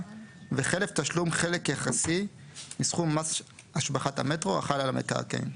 וחלף תשלום חלק יחסי מסכום מס השבחת המטרו החל על המקרקעין.